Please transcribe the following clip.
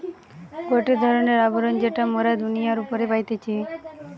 গটে ধরণের আবরণ যেটা মোরা দুনিয়ার উপরে পাইতেছি